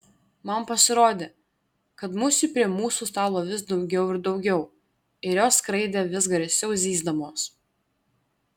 man pasirodė kad musių prie mūsų stalo vis daugiau ir daugiau ir jos skraidė vis garsiau zyzdamos